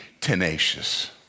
tenacious